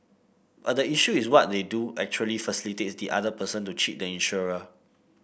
but the issue is what they do actually facilitates the other person to cheat the insurer